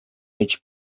mig